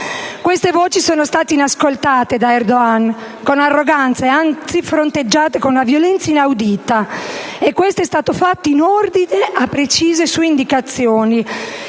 Queste voci sono state inascoltate da Erdogan con arroganza e, anzi, fronteggiate con una violenza inaudita, e questo è stato fatto in ordine a precise sue indicazioni,